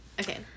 Okay